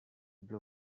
blue